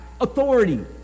authority